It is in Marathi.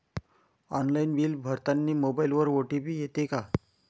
ऑनलाईन बिल भरतानी मोबाईलवर ओ.टी.पी येते का?